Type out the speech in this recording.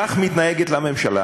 כך מתנהגת ממשלה.